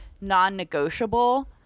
non-negotiable